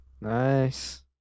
Nice